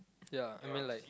ya I mean like